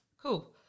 cool